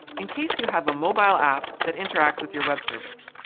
in case you have a mobile app that interacts with your web service,